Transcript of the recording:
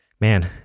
man